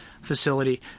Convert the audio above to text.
facility